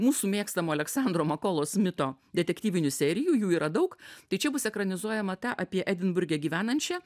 mūsų mėgstamo aleksandro makolo smito detektyvinių serijų jų yra daug tai čia bus ekranizuojama ta apie edinburge gyvenančią